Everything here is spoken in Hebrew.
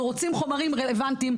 אנחנו רוצים חומרים רלבנטיים,